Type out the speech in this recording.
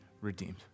redeemed